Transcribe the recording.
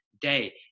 day